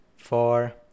four